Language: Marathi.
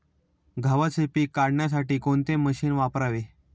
गव्हाचे पीक काढण्यासाठी कोणते मशीन वापरावे?